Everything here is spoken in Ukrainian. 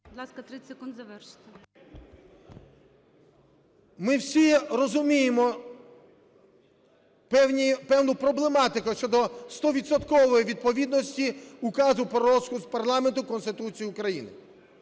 Ми всі розуміємо певну проблематику щодо стовідсоткової відповідності Указу про розпуск парламенту Конституції України.